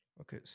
Okay